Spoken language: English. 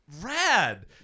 rad